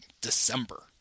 December